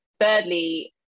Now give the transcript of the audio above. thirdly